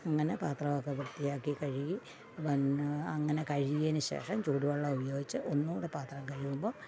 അങ്ങനെ പാത്രം ഒക്കെ വൃത്തിയാക്കി കഴുകി പിന്നെ അങ്ങനെ കഴുകിയതിനു ശേഷം ചൂടു വെള്ളം ഉപയോഗിച്ച് ഒന്നുകൂടി പത്രം കഴുകുമ്പം